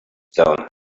stone